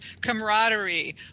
Camaraderie